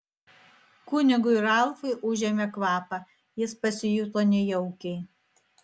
kunigui ralfui užėmė kvapą jis pasijuto nejaukiai